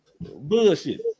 bullshit